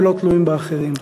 ולא תלויים באחרים.